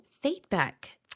feedback